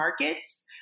markets